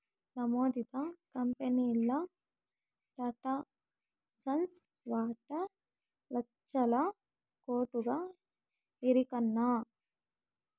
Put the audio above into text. నమోదిత కంపెనీల్ల టాటాసన్స్ వాటా లచ్చల కోట్లుగా ఎరికనా